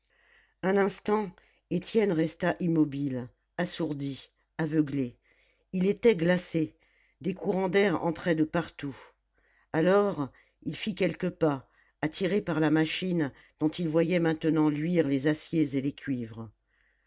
un instant étienne resta immobile assourdi aveuglé il était glacé des courants d'air entraient de partout alors il fit quelques pas attiré par la machine dont il voyait maintenant luire les aciers et les cuivres